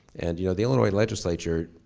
and you know the illinois legislature,